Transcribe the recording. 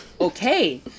okay